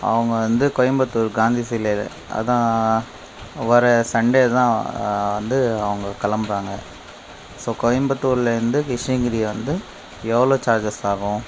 அவங்க வந்து கோயம்புத்தூர் காந்திசிலை அதான் வர சண்டேதான் வந்து அவங்க கிளம்புறாங்க ஸோ கோயம்புத்தூர்லேருந்து கிருஷ்ணகிரி வந்து எவ்வளோ சார்ஜஸ் ஆகும்